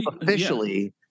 Officially